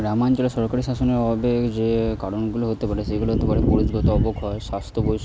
গ্রামাঞ্চলে সরকারি শাসনের অভাবের যে কারণগুলো হতে পারে সেগুলো হতে পারে পরিবেশগত অবক্ষয় স্বাস্থ্য বৈষম্য